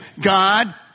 God